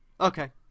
okay